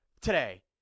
today